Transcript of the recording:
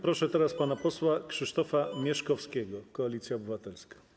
Proszę pana posła Krzysztofa Mieszkowskiego, Koalicja Obywatelska.